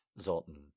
Zoltan